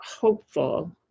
hopeful